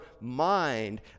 mind